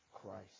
Christ